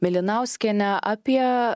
mėlynauskiene apie